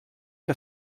que